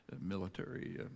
military